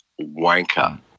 wanker